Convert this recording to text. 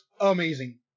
amazing